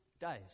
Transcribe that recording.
days